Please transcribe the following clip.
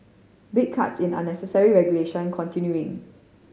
big cuts in unnecessary regulation continuing